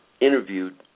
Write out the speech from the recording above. interviewed